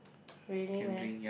really meh